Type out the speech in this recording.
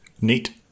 neat